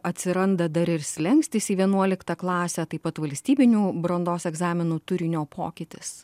atsiranda dar ir slenkstis į vienuoliktą klasę taip pat valstybinių brandos egzaminų turinio pokytis